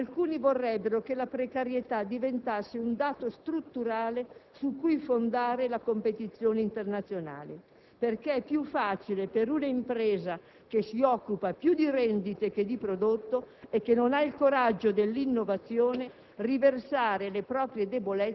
Nella società che cambia, alcuni vorrebbero che la precarietà diventasse un dato strutturale su cui fondare la competizione internazionale, perché è più facile per una impresa, che si occupa più di rendite che di prodotto e che non ha il coraggio dell'innovazione,